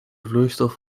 vloeistof